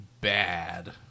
bad